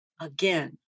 again